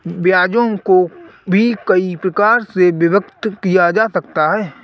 ब्याजों को भी कई प्रकार से विभक्त किया जा सकता है